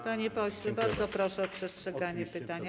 Panie pośle, bardzo proszę o przestrzeganie czasu.